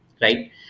right